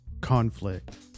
conflict